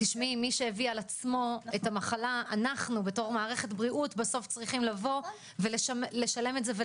מי שהביא על עצמו את המחלה - אנחנו כמערכת בריאות צריכים לשלם את זה.